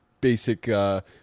basic